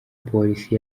polisi